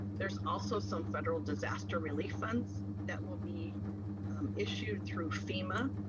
there's also some federal disaster relief funds that will be issued through fema,